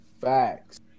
Facts